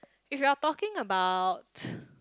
if you are talking about